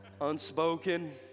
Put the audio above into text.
Unspoken